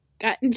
got